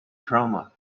drama